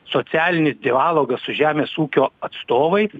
socialinis dialogas su žemės ūkio atstovais